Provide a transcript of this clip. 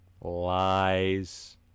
lies